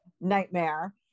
nightmare